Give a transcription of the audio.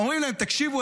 אומרים להם: תקשיבו,